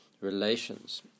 Relations